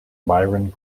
byron